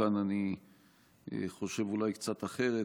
שבחלקן אני חושב אולי קצת אחרת.